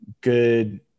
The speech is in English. good